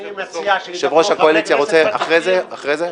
הייתי צריך את האתגר הזה אחרת יכול להיות שהייתי מתקפל.